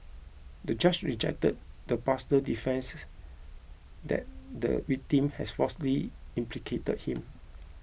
the judge rejected the pastor's defence that the victim has falsely implicated him